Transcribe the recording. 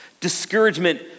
Discouragement